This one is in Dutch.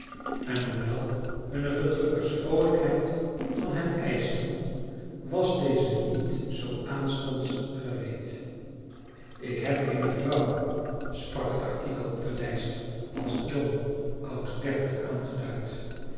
en hoewel hunne verdrukkers vroolijkheid van hen eischten was deze niet zoo aanstonds gereed ik heb eene vrouw sprak het artikel op de lijst als john oud dertig aangeduid